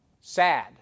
sad